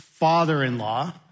Father-in-law